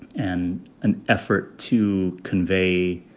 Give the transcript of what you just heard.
and an effort to convey